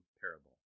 parable